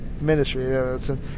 ministry